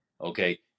Okay